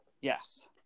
yes